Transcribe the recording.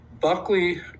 Buckley